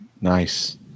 Nice